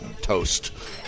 toast